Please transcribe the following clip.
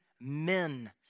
men